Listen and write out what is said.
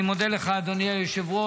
אני מודה לך, אדוני היושב-ראש.